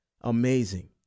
amazing